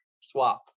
swap